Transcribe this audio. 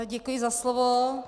Děkuji za slovo.